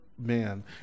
man